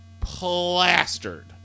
plastered